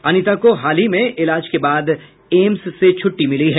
अनिता को हाल ही में इलाज के बाद एम्स से छुट्टी मिली है